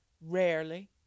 Rarely